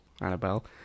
Annabelle